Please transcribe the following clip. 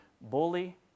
bully